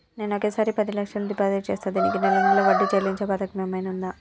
నేను ఒకేసారి పది లక్షలు డిపాజిట్ చేస్తా దీనికి నెల నెల వడ్డీ చెల్లించే పథకం ఏమైనుందా?